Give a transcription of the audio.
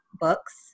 books